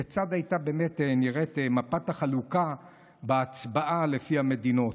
כיצד הייתה נראית מפת החלוקה בהצבעה לפי המדינות.